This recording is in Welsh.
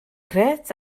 grêt